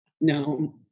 No